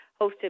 hosted